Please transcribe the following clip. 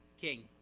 king